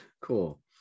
cool